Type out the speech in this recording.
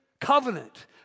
covenant